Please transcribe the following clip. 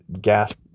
gas